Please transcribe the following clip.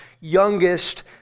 youngest